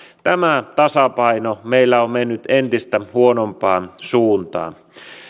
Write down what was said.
tämä tasapaino meillä on mennyt entistä huonompaan suuntaan